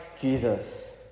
Jesus